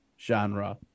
genre